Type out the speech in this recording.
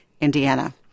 Indiana